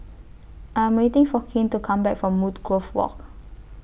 I Am waiting For Kane to Come Back from Woodgrove Walk